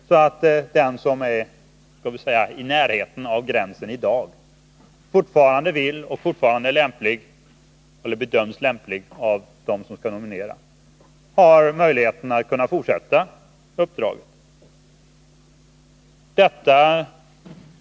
Därmed skallden 28 oktober 1981 som är i närheten av åldersgränsen i dag, som fortfarande vill och som bedöms lämplig av dem som nominerar ha möjlighet att fortsätta uppdraget.